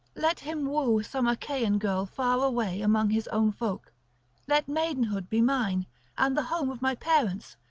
let him woo some achaean girl far away among his own folk let maidenhood be mine and the home of my parents.